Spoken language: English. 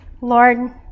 Lord